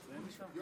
תודה רבה,